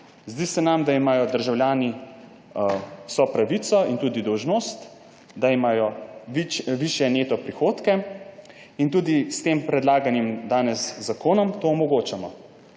Zdi se nam, da imajo državljani vso pravico in tudi dolžnost, da imajo višje neto prihodke, in s tem danes predlaganim zakonom to tudi omogočamo.